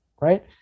right